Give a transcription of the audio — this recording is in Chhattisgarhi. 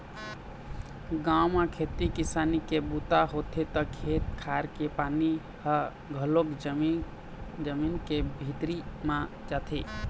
गाँव म खेती किसानी के बूता होथे त खेत खार के पानी ह घलोक जमीन के भीतरी म जाथे